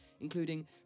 including